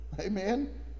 Amen